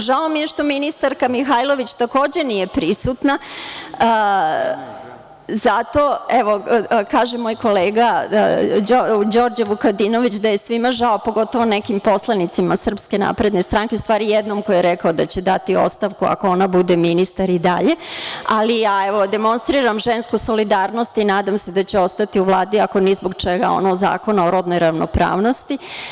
Žao mi je što ministarska Mihajlović takođe nije prisutna, evo kaže moj kolega Đorđe Vukadinović da je svima žao, pogotovo nekim poslanicima SNS, ustvari jednom koji je rekao da će dati ostavku, ako ona bude ministar i dalje, ali evo demonstriram žensku solidarnost i nadam se da će ostati u Vladi, ako ni zbog čega, zbog Zakona o rodnoj ravnopravnosti.